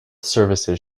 services